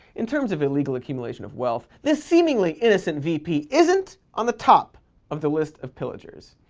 in terms of illegal accumulation of wealth, this seemingly-innocent vp isn't on the top of the list of pillagers.